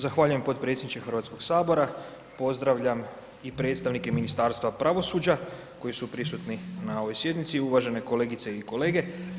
Zahvaljujem potpredsjedniče Hrvatskog sabora, pozdravljam i predstavnike Ministarstva pravosuđa koji su prisutni na ovoj sjednici i uvažene kolegice i kolege.